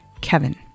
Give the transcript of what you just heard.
Kevin